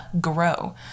grow